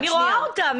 אני רואה אותה,